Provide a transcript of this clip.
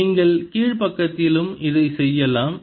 நீங்கள் கீழ் பக்கத்திலும் இதைச் செய்யலாம்